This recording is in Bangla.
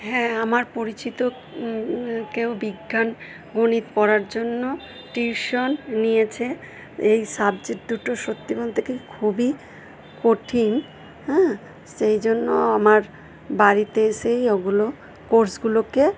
হ্যাঁ আমার পরিচিত কেউ বিজ্ঞান গণিত পড়ার জন্য টিউশন নিয়েছে এই সাবজেক্ট দুটো সত্যি বলতে কি খুবই কঠিন হ্যাঁ সেই জন্য আমার বাড়িতে এসেই ওগুলো কোর্সগুলোকে